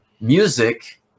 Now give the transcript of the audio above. music